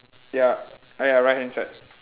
ya ah ya right hand side